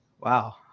wow